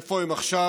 איפה הם עכשיו?